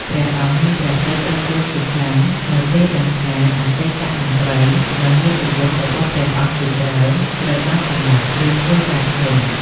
ព្រះអង្គមានព្រះទ័យក្តុកក្តួលជាខ្លាំង នៅពេលដឹងថាអតីតមន្ត្រី និងញាតិវង្សរបស់ព្រះអង្គជាច្រើនត្រូវបានសម្លាប់ ឬធ្វើការធ្ងន់។